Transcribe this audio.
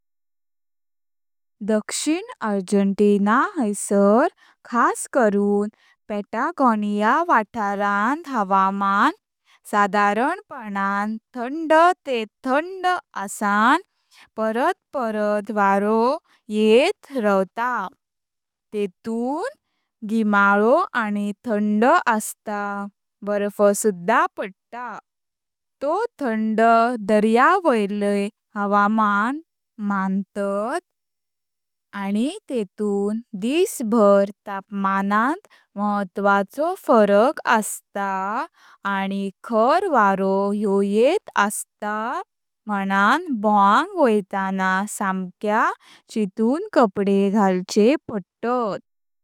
दक्षिण अर्जेन्टीना हायसार खास करून पाटागोनिया वात्रंत हवामान सादरपणान थंड तेह थंड आसा परत परत वारो येत रव्ता, तेतून गिमाळो आनी थंड आस्त बर्फ सुध्दा पडटा, तोह थंड दर्या वायले हवामान मांतात आनि तेतून दस भर तापमानांत महत्वाचो फरक आस्ता आनी खर वारो ह्यो येत आस्ता म्हुनन भोंवक वैताणा समक्या चीतुन कपडे घालचे पडतात।